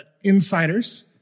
Insiders